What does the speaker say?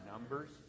Numbers